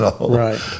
Right